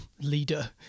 leader